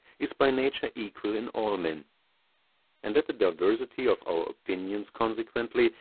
is by nature equal in all men and that the diversity of our opinions, consequently,